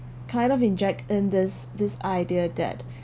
kind of inject in this this idea that